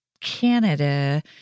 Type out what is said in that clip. Canada